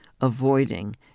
avoiding